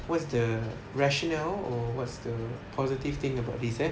what's the rationale or what's the positive thing about this eh